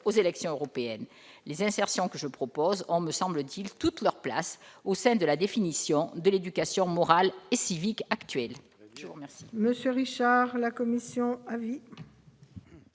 aux élections européennes des futures générations. Les ajouts que je propose ont, me semble-t-il, toute leur place au sein de la définition de l'éducation morale et civique actuelle.